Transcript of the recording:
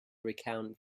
recount